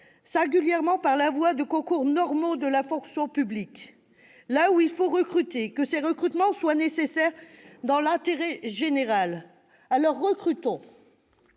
singulièrement par la voie des concours normaux de la fonction publique ? Là où il faut recruter, surtout quand ces recrutements sont nécessaires à l'intérêt général, recrutons !